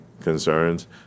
concerns